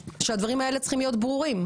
שהדברים האלה צריכים להיות ברורים.